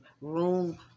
room